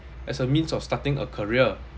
as a means of starting a career